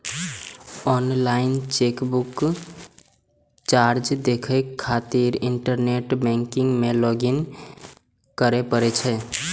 online chequebook charge देखै खातिर internet banking मे लॉग इन करै पड़ै छै